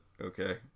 okay